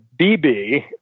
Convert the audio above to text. BB